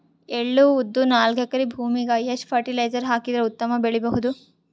ಎಳ್ಳು, ಉದ್ದ ನಾಲ್ಕಎಕರೆ ಭೂಮಿಗ ಎಷ್ಟ ಫರಟಿಲೈಜರ ಹಾಕಿದರ ಉತ್ತಮ ಬೆಳಿ ಬಹುದು?